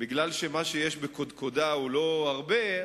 משום שמה שיש בקודקודה הוא לא הרבה,